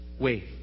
Wait